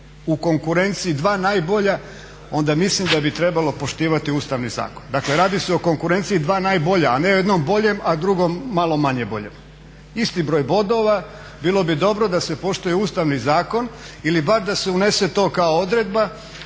u konkurenciji dva najbolja onda mislim da bi trebalo poštivati Ustavni zakon. Dakle, radi se o konkurenciji dva najbolja, a ne o jednom boljem a drugom malo manje boljem. Isti broj bodova, bilo bi dobro da se poštuje Ustavni zakon ili bar da se unese to kao odredba